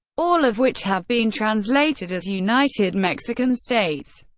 all of which have been translated as united mexican states.